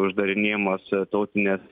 uždarinėjamos tautinės